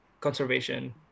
conservation